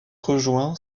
rejoint